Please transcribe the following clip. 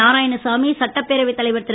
நாராயணசாமிஇ சட்டப்பேரவைத் தலைவர் திரு